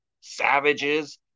savages